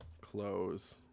Close